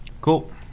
Cool